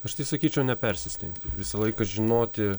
aš įsakyčiau nepersistengti visą laiką žinoti